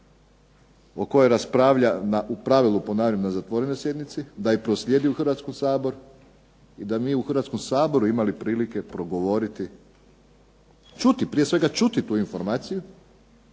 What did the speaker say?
o kojoj raspravlja u pravilu, ponavljam, na zatvorenoj sjednici, da je proslijedi u Hrvatski sabor i da mi u Hrvatskom saboru imali prilike progovoriti, čuti, prije svega čuti tu informaciju